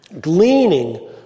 Gleaning